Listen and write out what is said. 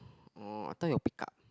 oh I thought you pick up